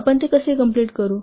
आपण ते कसे कंप्लिट करू